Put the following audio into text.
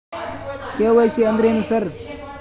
KYC ಅಂದ್ರೇನು sir?